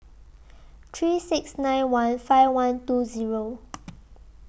three six nine one five one two Zero